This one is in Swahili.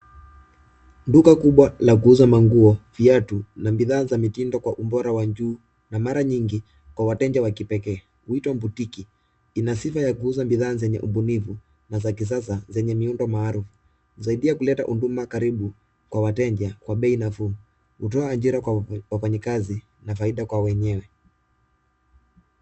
Duka kubwa la kuuza manguo, viatu na bidhaa za mitindo ubora wa juu na mara nyingi kwa wateja wa kipekee huitwa boutique .Ina sifa ya kuuza bidhaa zenye ubunifu na kisasa zenye miundo maalum. Husaidia kulea huduma karibu kwa wateja kwa bei nafuu. Hutoa ajira kwa wafanyikazi na faida kwa wenyewe.